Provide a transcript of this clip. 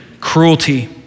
cruelty